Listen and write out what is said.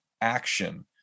action